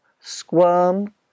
squirm